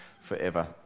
forever